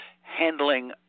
handling